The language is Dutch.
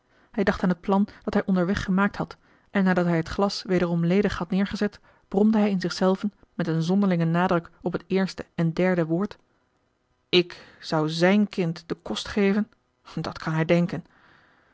hij dacht aan het plan dat hij ondermarcellus emants een drietal novellen weg gemaakt had en nadat hij het glas wederom ledig had neergezet bromde hij in zich zelven met een zonderlingen nadruk op het eerste en derde woord ik zou zijn kind den kost geven dat kan hij denken